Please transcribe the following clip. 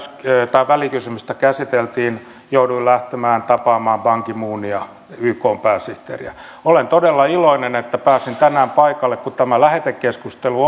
välikysymystä käsiteltiin jouduin lähtemään tapaamaan ban ki moonia ykn pääsihteeriä olen todella iloinen että pääsin tänään paikalle kun tämä lähetekeskustelu